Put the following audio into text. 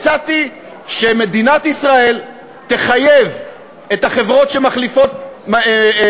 הצעתי שמדינת ישראל תחייב את החברות שמשווקות